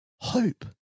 Hope